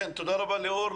כן, תודה רבה, ליאור.